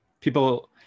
people